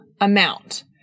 amount